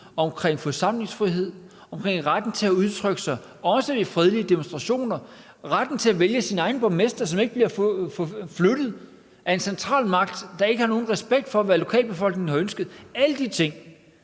omkring forsamlingsfrihed, omkring retten til at udtrykke sig også i fredelige demonstrationer; retten til at vælge sin egen borgmester, som ikke bliver flyttet af en centralmagt, der ikke har nogen respekt for, hvad lokalbefolkningen har ønsket. Alle de ting